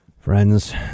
Friends